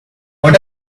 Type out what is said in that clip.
what